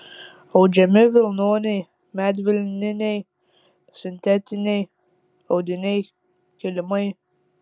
audžiami vilnoniai medvilniniai sintetiniai audiniai kilimai